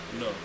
No